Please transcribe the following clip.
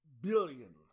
billion